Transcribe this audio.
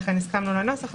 לכן הסכמנו לנוסח,